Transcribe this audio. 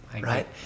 Right